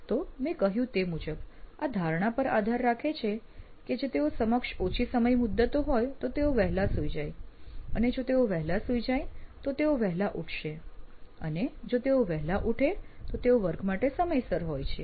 તો મેં કહ્યું તે મુજબ આ ધારણા પર આધાર રાખે છે કે જો તેઓ સમક્ષ ઓછી સમય મુદ્દતો હોય તો તેઓ વહેલા સૂઈ જાય અને જો તેઓ વહેલા સૂઈ જાય તો તેઓ વહેલા ઉઠશે અને જો તેઓ વહેલા ઉઠે તો તેઓ વર્ગ માટે સમયસર હોય છે